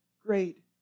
great